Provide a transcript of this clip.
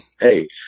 Hey